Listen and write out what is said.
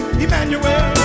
Emmanuel